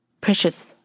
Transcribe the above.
precious